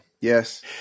Yes